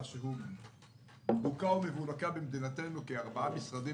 שהוא בוקה ומבולקה במדינתנו כי ארבעה משרדים